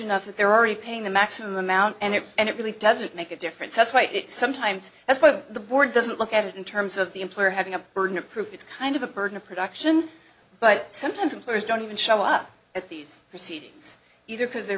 enough that they're already paying the maximum amount and if and it really doesn't make a difference that's why it sometimes as the board doesn't look at it in terms of the employer having a burden of proof it's kind of a burden of production but sometimes in purse don't even show up at these proceedings either because they're